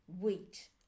wheat